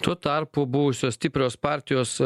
tuo tarpu buvusios stiprios partijos